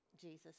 Jesus